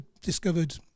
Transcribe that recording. discovered